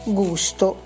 gusto